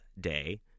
Day